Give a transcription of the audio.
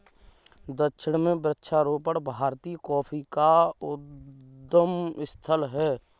दक्षिण में वृक्षारोपण भारतीय कॉफी का उद्गम स्थल है